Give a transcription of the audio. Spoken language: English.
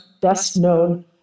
best-known